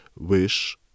wish